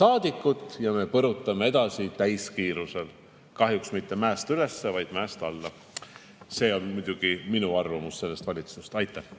saadikut, ja me põrutame edasi täiskiirusel." Kahjuks mitte mäest üles, vaid mäest alla. See on muidugi minu arvamus sellest valitsusest. Aitäh!